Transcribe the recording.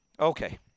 Okay